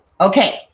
Okay